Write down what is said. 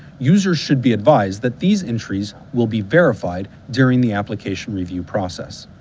users should be advised that these entries will be verified during the application review process.